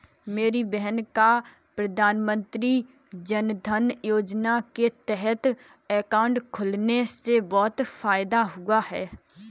मेरी बहन का प्रधानमंत्री जनधन योजना के तहत अकाउंट खुलने से बहुत फायदा हुआ है